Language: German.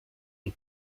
und